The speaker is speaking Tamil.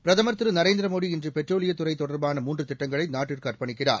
பிரதமர் திரு நரேந்திர மோடி இன்று பெட்ரோலியம் துறை தொடர்பான மூன்று திட்டங்களை நாட்டுக்கு அர்ப்பணிக்கிறார்